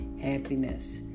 happiness